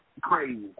Crazy